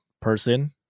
person